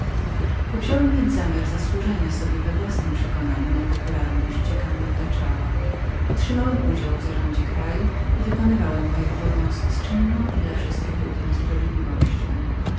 powziąłem więc zamiar zasłużenia sobie we własnem przekonaniu na ten szacunek jakim mnie otaczano otrzymałem udział w zarządzie kraju i wykonywałem moje obowiązki z czynną i dla wszystkich równą sprawiedliwością